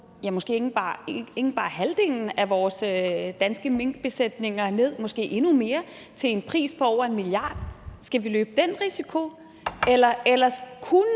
måske ikke bare halvdelen af vores danske minkbesætninger ned, måske endnu mere, til en pris på over 1 mia. kr.? Skal vi løbe den risiko? Eller kunne